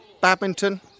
badminton